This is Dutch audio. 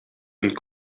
een